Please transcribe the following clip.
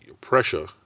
pressure